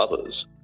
others